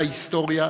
להיסטוריה,